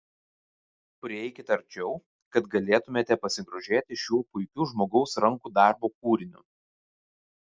prieikit arčiau kad galėtumėte pasigrožėti šiuo puikiu žmogaus rankų darbo kūriniu